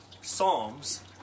psalms